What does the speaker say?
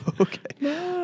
Okay